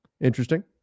Interesting